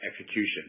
execution